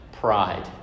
Pride